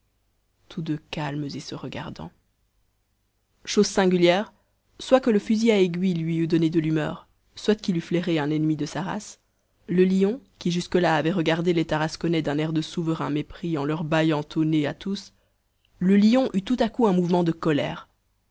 tous deux calmes et se regardant chose singulière soit que le fusil à aiguille lui eût donné de l'humeur soit qu'il eût flairé un ennemi de sa race le lion qui jusque-là avait regardé les tarasconnais d'un air de souverain mépris en leur bâillant au nez à tous le lion eut tout à coup un mouvement de colère